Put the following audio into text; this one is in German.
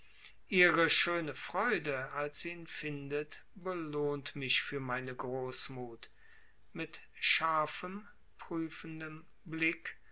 ihre schöne freude als sie ihn findet belohnt mich für meine großmut mit scharfem prüfendem blick